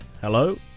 Hello